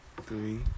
three